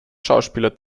schauspieler